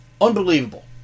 unbelievable